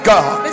God